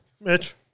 mitch